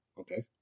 Okay